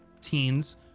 teens